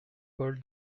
paul